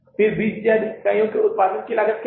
फिर 20000 इकाइयों के लिए उत्पादन की लागत क्या है